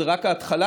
זו רק ההתחלה,